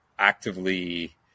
actively